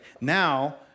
Now